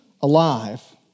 alive